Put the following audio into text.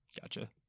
Gotcha